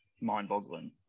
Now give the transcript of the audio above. mind-boggling